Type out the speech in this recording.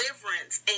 deliverance